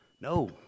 no